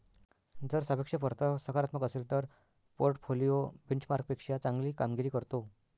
जर सापेक्ष परतावा सकारात्मक असेल तर पोर्टफोलिओ बेंचमार्कपेक्षा चांगली कामगिरी करतो